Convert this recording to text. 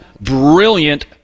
brilliant